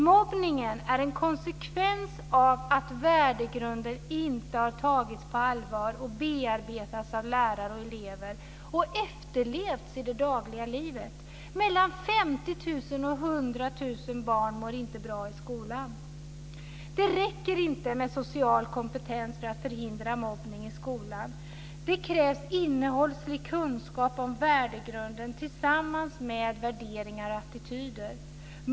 Mobbningen är en konsekvens av att värdegrunden inte har tagits på allvar och bearbetats av lärare och elever samt efterlevts i det dagliga livet. Mellan 50 000 och 100 000 barn mår inte bra i skolan. Det räcker inte med social kompetens för att förhindra mobbning i skolan. Det krävs innehållslig kunskap om värdegrunden tillsammans med värderingar och attityder.